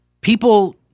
People